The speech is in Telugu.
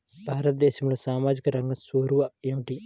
భారతదేశంలో సామాజిక రంగ చొరవ ఏమిటి?